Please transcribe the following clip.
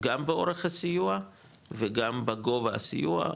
גם באורך הסיוע וגם בגובה הסיוע,